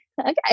okay